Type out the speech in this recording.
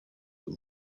but